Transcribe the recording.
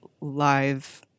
live